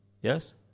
Yes